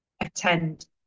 attend